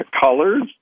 colors